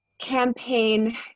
campaign